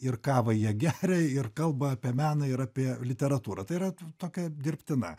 ir kavą jie geria ir kalba apie meną ir apie literatūrą tai yra tokia dirbtina